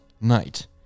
Night